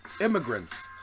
Immigrants